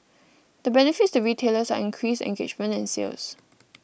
the benefits to retailers are increased engagement and sales